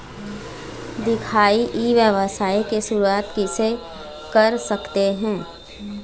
दिखाही ई व्यवसाय के शुरुआत किसे कर सकत हे?